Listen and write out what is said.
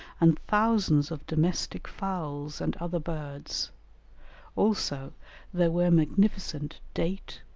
and thousands of domestic fowls and other birds also there were magnificent date,